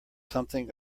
something